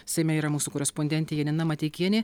seime yra mūsų korespondentė janina mateikienė